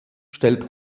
stellt